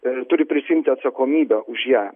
ir turi prisiimti atsakomybę už ją